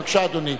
בבקשה, אדוני.